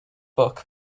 book